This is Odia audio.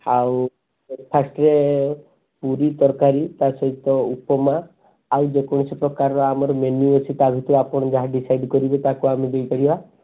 ଆଉ ଫାଷ୍ଟରେ ପୁରୀ ତରକାରୀ ତାହା ସହିତ ଉପମା ଆଉ ଯେ କୌଣସି ପ୍ରକାର ଆମର ମେନ୍ୟୁ ଅଛି ତା ଭିତରୁ ଆପଣ ଯାହା ଡିସାଇଡ଼୍ କରିବେ ତାକୁ ଆମେ ଦେଇପାରିବା